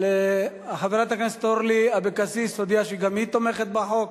חברת הכנסת אורלי אבקסיס הודיעה שגם היא תומכת בחוק.